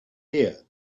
here